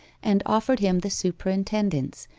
and offered him the superintendence,